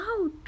out